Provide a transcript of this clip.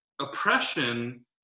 oppression